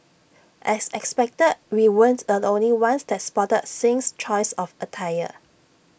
as expected we weren't the only ones that spotted Singh's choice of attire